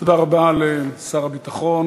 תודה רבה לשר הביטחון.